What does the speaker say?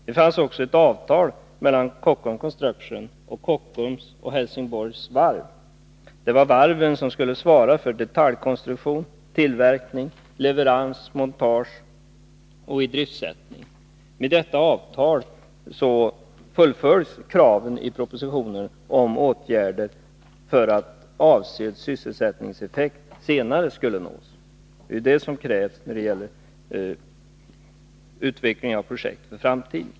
Det fanns också ett avtal mellan Kockums Construction och Kockums och Helsingborgs varv. Det var varven som skulle svara för detaljkonstruktion, tillverkning, leverans, montage och idriftsättning. Med detta avtal fullföljs kraven i propositionen om åtgärder för att avsedd sysselsättningseffekt senare skulle nås. Det är det som krävs när det gäller utvecklingen av projektets framtid.